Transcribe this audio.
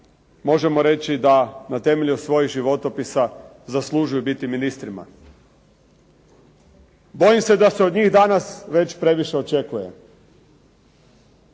možemo reći da na temelju svojih životopisa zaslužuju biti ministrima. Bojim se da se od njih danas već previše očekuje.